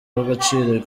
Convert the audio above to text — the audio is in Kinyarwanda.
w’agaciro